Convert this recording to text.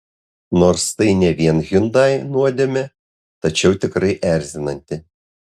nors tai ne vien hyundai nuodėmė tačiau tikrai erzinanti